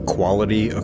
Quality